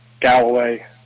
Galloway